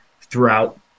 throughout